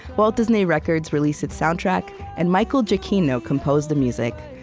walt disney records released its soundtrack, and michael giacchino composed the music.